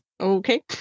Okay